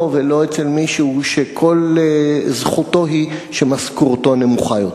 ולא אצל מישהו שכל זכותו היא שמשכורתו נמוכה יותר.